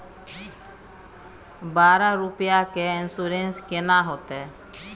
बारह रुपिया के इन्सुरेंस केना होतै?